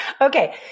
Okay